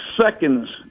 seconds